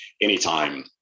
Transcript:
anytime